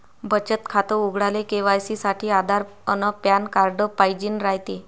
बचत खातं उघडाले के.वाय.सी साठी आधार अन पॅन कार्ड पाइजेन रायते